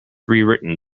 rewritten